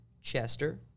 Chester